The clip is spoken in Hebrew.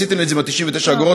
עשיתם לי עם 99 האגורות,